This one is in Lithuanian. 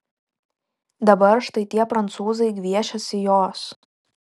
dabar štai tie prancūzai gviešiasi jos